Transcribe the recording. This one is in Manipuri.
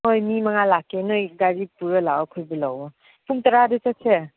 ꯍꯣꯏ ꯃꯤ ꯃꯉꯥ ꯂꯥꯛꯀꯦ ꯅꯣꯏ ꯒꯥꯔꯤ ꯄꯨꯔꯥ ꯂꯥꯛꯑꯣ ꯑꯩꯈꯣꯏꯕꯨ ꯂꯧꯋꯣ ꯄꯨꯡ ꯇꯔꯥꯗ ꯆꯠꯁꯦ